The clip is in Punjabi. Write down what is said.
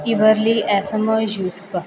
ਕੀ ਵਰਲੀ ਐਸਐਮ ਯੂਸਫ